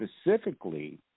specifically